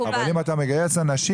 אבל אם אתה מגייס אנשים,